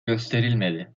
gösterilmedi